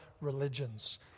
religions